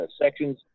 sections